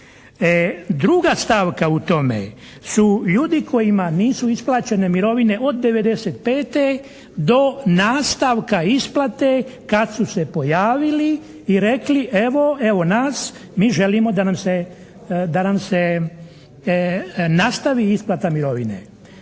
druga stavka u tome su ljudi kojima nisu isplaćene mirovine od 95. do nastavka isplate kad su se pojavili i rekli, evo nas, mi želimo da nam se nastavi isplata mirovine.